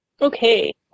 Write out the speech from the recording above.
Okay